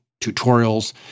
tutorials